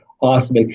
awesome